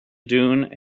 dune